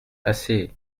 assez